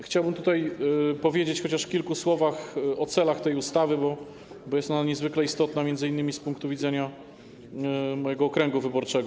Chciałbym tutaj powiedzieć chociażby kilka słów o celach tej ustawy, bo jest ona niezwykle istotna m.in. z punktu widzenia mojego okręgu wyborczego.